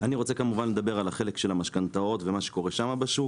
אני רוצה כמובן לדבר על החלק של המשכנתאות ומה שקורה שם בשוק.